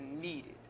needed